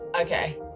Okay